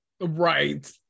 right